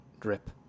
drip